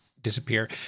disappear